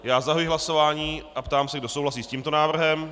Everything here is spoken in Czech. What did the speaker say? Zahajuji hlasování a ptám se, kdo souhlasí s tímto návrhem.